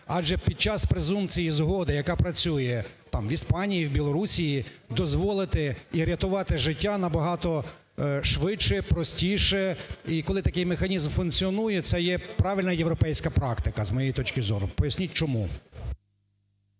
Адже під час презумпції згоди, яка працює там в Іспанії, в Білорусії, дозволити і рятувати життя набагато швидше, простіше. І коли такий механізм функціонує, це є правильна європейська практика, з моєї точки зору. Поясніть чому?